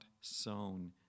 sown